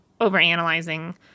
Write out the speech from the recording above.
overanalyzing